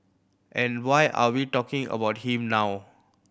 and why are we talking about him now